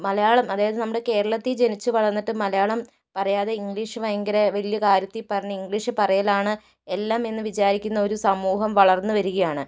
മലയാളം അതായത് നമ്മുടെ കേരളത്തിൽ ജനിച്ചു വളര്ന്നിട്ട് മലയാളം പറയാതെ ഇംഗ്ലീഷ് ഭയങ്കര വലിയ കാര്യത്തിൽ പറഞ്ഞു ഇംഗ്ലീഷ് പറയലാണ് എല്ലാം എന്ന് വിചാരിക്കുന്ന ഒരു സമൂഹം വളര്ന്നു വരികയാണ്